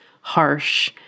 harsh